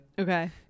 Okay